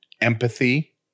empathy